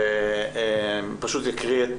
אני אקריא את